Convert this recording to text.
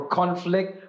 conflict